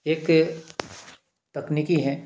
एक तकनीकी है